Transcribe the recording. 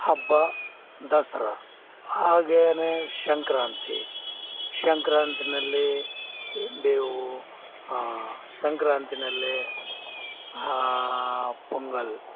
ಹಬ್ಬ ದಸರಾ ಹಾಗೇನೇ ಸಂಕ್ರಾಂತಿ ಸಂಕ್ರಾಂತಿಯಲ್ಲಿ ಬೇವು ಆ ಸಂಕ್ರಾಂತಿನಲ್ಲಿ ಆ ಪೊಂಗಲ್